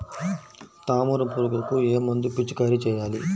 తామర పురుగుకు ఏ మందు పిచికారీ చేయాలి?